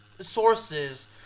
sources